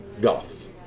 Goths